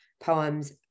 poems